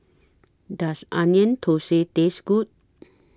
Does Onion Thosai Taste Good